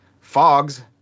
Fogs